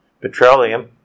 Petroleum